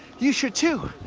you should, too.